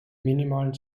minimalen